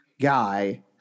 guy